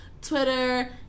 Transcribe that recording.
Twitter